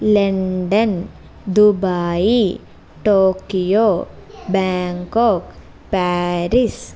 London Dubai Tokyo Bangkok Paris